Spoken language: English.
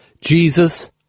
Jesus